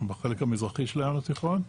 בחלק המזרחי של הים התיכון,